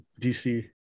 DC